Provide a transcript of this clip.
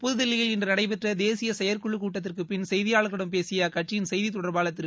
புதுதில்லியில் இன்று நடைபெற்ற தேசிய செயற்குழுக் கூட்டத்திற்குப் பின் செய்தியாளர்களிடம் பேசிய அக்கட்சியின் செய்தித்தொடர்பாளர் திரு